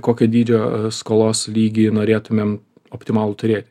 kokio dydžio skolos lygį norėtumėm optimalų turėt